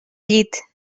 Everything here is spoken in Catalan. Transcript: llit